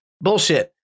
bullshit